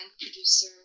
producer